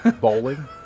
Bowling